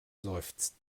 seufzt